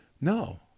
no